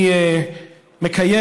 אני מקיים,